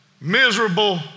miserable